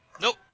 Nope